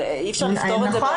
אבל אי אפשר לפתור את זה?